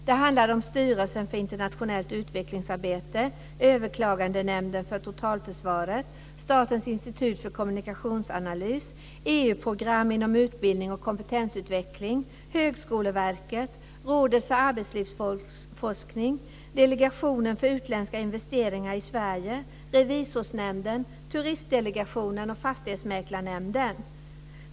Det handlade om Styrelsen för internationellt utvecklingsarbete, Överklagandenämnden för totalförsvaret, Statens institut för kommunikationsanalys, EU-program inom utbildning och kompetensutveckling, Högskoleverket, Rådet för arbetslivsforskning, Delegationen för utländska investeringar i Sverige, Revisorsnämnden, Turistdelegationen och Fastighetsmäklarnämnden.